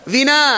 Vina